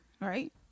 right